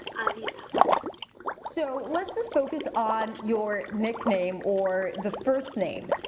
aziza so let's just focus on your nickname or the first name.